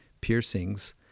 piercings